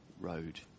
road